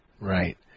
Right